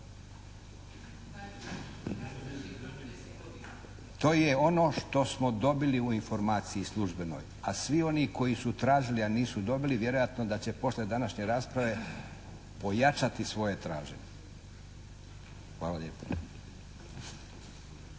To je ono što smo dobili u informaciji službenoj, a svi oni koji su tražili, a nisu dobili vjerojatno da će poslije današnje rasprave pojačati svoje traženje. Hvala lijepo.